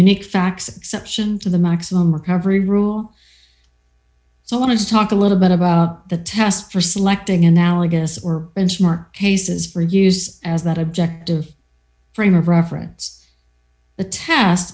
unique facts exception to the maximum recovery rule so i want to talk a little bit about the test for selecting analogous or benchmark cases for use as that objective frame of reference the task